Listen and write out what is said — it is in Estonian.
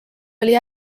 oli